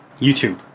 YouTube